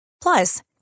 Plus